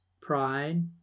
pride